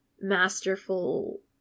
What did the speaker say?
masterful